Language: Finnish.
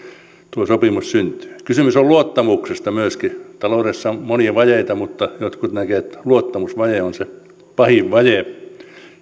tuo sopimus syntyy kysymys on myöskin luottamuksesta taloudessa on monia vajeita mutta jotkut näkevät että luottamusvaje on se pahin vaje